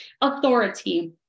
authority